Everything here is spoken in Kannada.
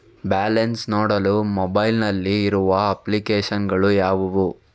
ಬ್ಯಾಲೆನ್ಸ್ ನೋಡಲು ಮೊಬೈಲ್ ನಲ್ಲಿ ಇರುವ ಅಪ್ಲಿಕೇಶನ್ ಗಳು ಯಾವುವು?